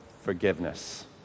forgiveness